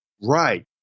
right